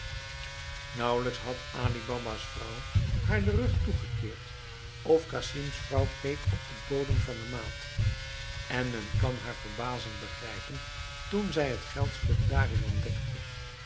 nauwelijks had ali baba's vrouw haar den rug toegekeerd of casims vrouw keek op den bodem van de maat en men kan haar verbazing begrijpen toen zij het geldstuk daarin ontdekte